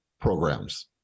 programs